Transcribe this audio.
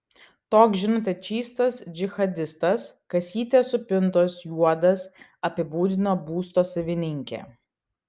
toks žinote čystas džihadistas kasytės supintos juodas apibūdino būsto savininkė